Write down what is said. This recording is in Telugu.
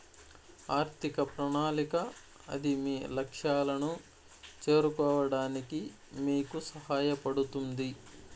ఆర్థిక ప్రణాళిక అది మీ లక్ష్యాలను చేరుకోవడానికి మీకు సహాయపడుతుంది